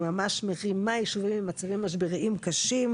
היא ממש מרימה את הישובים ממצבי משבר קשים.